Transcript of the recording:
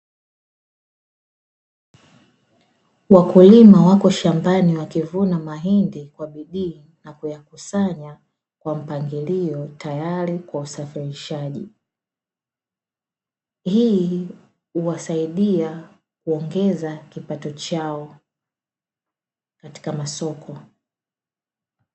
Wakulima wapo shambani wakivuna Mahindi kwa bidii, na kuyakusanya kwa mpangilio tayari kwa usafirishaji, Hii huwasaidia kuongeza kipatochao katika masoko.